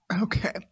Okay